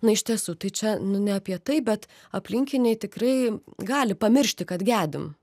na iš tiesų tai čia nu ne apie tai bet aplinkiniai tikrai gali pamiršti kad gedim